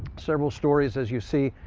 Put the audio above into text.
several stories as you see,